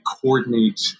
coordinate